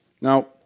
Now